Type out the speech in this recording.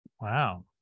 Wow